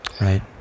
right